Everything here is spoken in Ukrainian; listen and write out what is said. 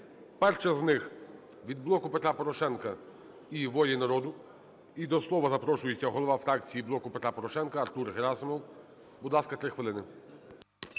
Перша з них від "Блоку Петра Порошенка" і "Волі народу". І до слова запрошується голова фракції "Блоку Петра Порошенка" Артур Герасимов. Будь ласка, 3 хвилини.